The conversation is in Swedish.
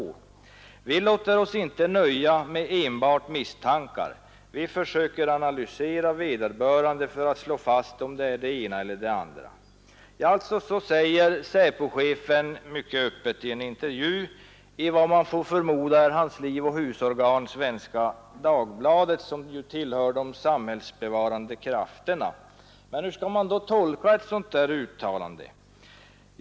Vi låter oss inte nöja enbart med misstankar. Vi försöker analysera vederbörande för att slå fast det ena eller det andra. Så säger alltså SÄPO-chefen mycket öppet i en intervju i vad man får förmoda är hans livoch husorgan, Svenska Dagbladet, som ju tillhör de samhällsbevarande krafterna. Men hur skall man tolka ett sådant uttalande?